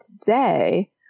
today